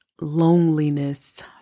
loneliness